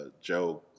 Joe